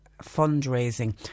fundraising